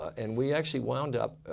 and we actually wound up